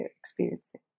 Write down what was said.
experiencing